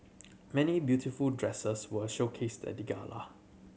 many beautiful dresses were showcased at the gala